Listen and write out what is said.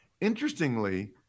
interestingly